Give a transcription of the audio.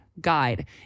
guide